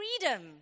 freedom